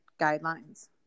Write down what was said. guidelines